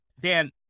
Dan